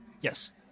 Yes